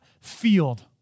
field